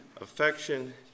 affection